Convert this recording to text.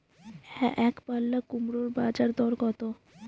একপাল্লা কুমড়োর বাজার দর কত?